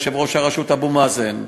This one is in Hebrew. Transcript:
יושב-ראש הרשות אבו מאזן,